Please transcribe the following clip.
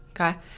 Okay